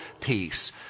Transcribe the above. peace